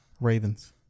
Ravens